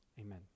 Amen